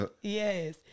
yes